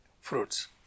fruits